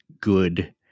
good